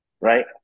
right